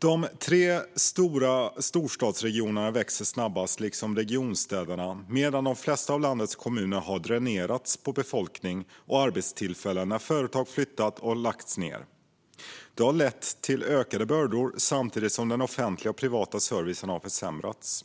De tre storstadsregionerna växer snabbast, liksom regionstäderna, medan de flesta av landets kommuner har dränerats på befolkning och arbetstillfällen när företag flyttat eller lagts ned. Detta har lett till ökade bördor samtidigt som den offentliga och privata servicen har försämrats.